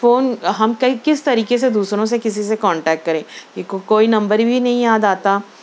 تو ہم کئی کس طریقے سے دوسروں سے کسی سی کنٹیکٹ کریں کوئی نمبر بھی یاد آتا